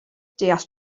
deall